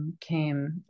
came